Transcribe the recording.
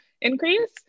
increase